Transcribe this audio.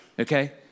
okay